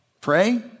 Pray